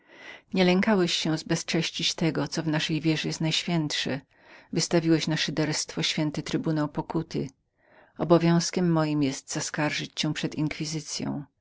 nie lękałeś się tego zbezcześcić co nasza wiara ma w sobie najświętszego wystawiłeś na szyderstwo święty trybunał pokuty obowiązkiem moim jest zaskarżyć cię przed inkwizycyą